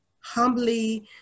humbly